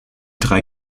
drei